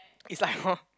it's like hor